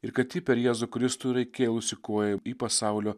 ir kad ji per jėzų kristų yra įkėlusi koją į pasaulio